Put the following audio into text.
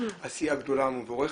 עשייה גדולה ומבורכת,